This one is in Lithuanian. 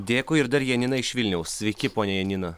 dėkui ir dar janina iš vilniaus sveiki ponia janina